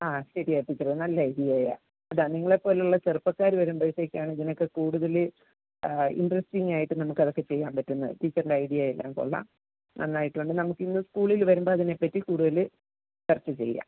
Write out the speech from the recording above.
ആ ശരിയാണ് ടീച്ചറേ നല്ല ഐഡിയ ആണ് ഇതാണ് നിങ്ങളെ പോലുള്ള ചെറുപ്പക്കാർ വരുമ്പോഴത്തേക്കാണ് ഇതിനൊക്കെ കൂടുതൽ ഇൻട്രസ്റ്റിങ് ആയിട്ട് നമുക്ക് അതൊക്കെ ചെയ്യാൻ പറ്റുന്നത് ടീച്ചറിൻ്റെ ഐഡിയ എല്ലാം കൊളളാം നന്നായിട്ടുണ്ട് നമുക്ക് ഇന്ന് സ്കൂളിൽ വരുമ്പോൾ അതിനെപ്പറ്റി കൂടുതൽ ചർച്ച ചെയ്യാം